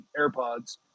AirPods